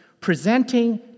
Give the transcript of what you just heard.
presenting